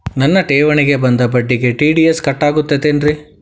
ನನ್ನ ಠೇವಣಿಗೆ ಬಂದ ಬಡ್ಡಿಗೆ ಟಿ.ಡಿ.ಎಸ್ ಕಟ್ಟಾಗುತ್ತೇನ್ರೇ?